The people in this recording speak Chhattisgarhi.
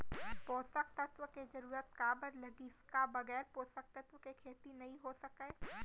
पोसक तत्व के जरूरत काबर लगिस, का बगैर पोसक तत्व के खेती नही हो सके?